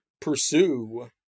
pursue